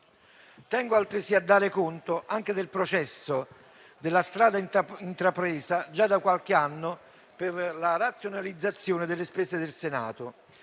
Tengo altresì a dare conto anche del processo e della strada intrapresa già da qualche anno per la razionalizzazione delle spese del Senato,